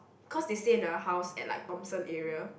cause they stay in a house at like Thomson area